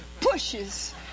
Pushes